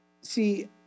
See